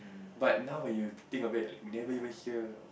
but now when you think of it you never even hear